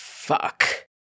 Fuck